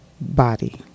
body